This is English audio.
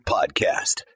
Podcast